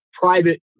private